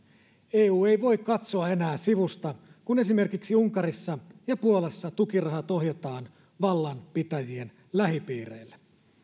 eu ei voi enää katsoa sivusta kun esimerkiksi unkarissa ja puolassa tukirahat ohjataan vallanpitäjien lähipiireille